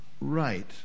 right